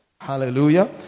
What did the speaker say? Hallelujah